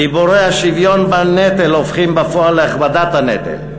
דיבורי השוויון בנטל הופכים בפועל להכבדת הנטל.